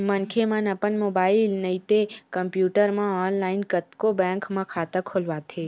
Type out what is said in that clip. मनखे मन अपन मोबाईल नइते कम्प्यूटर म ऑनलाईन कतको बेंक म खाता खोलवाथे